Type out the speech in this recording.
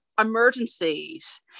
emergencies